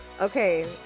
Okay